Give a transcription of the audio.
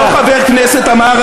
אותו חבר כנסת אמר,